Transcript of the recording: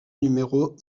numéro